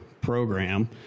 program